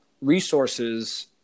resources